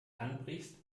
anbrichst